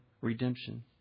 redemption